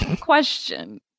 Question